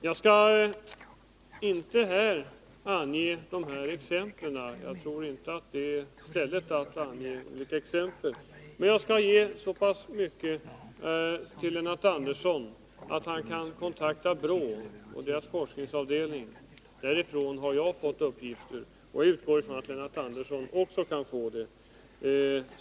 Jag tror inte att det här är platsen att ange några exempel, men jag skall säga så mycket till Lennart Andersson som att han kan kontakta BRÅ:s forskningsavdelning; därifrån har jag fått uppgifter, och jag utgår ifrån att Lennart Andersson också kan få det.